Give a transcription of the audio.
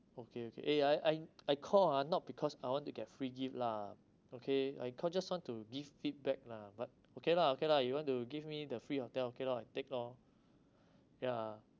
okay okay eh I I I call ah not because I want to get free gift lah okay I call just want to give feedback lah but okay lah okay lah you want to give me the free hotel okay lor I take lor ya